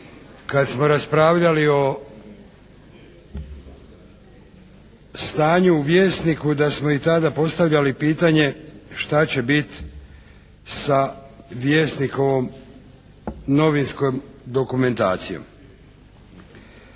kad smo raspravljali o stanju u Vjesniku da smo i tada postavljali pitanje šta će biti sa Vjesnikovom novinskom dokumentacijom.